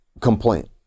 complaint